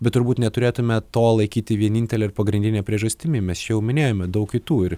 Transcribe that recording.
bet turbūt neturėtume to laikyti vienintele ir pagrindine priežastimi mes jau minėjome daug kitų ir